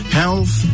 health